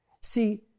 See